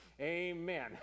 Amen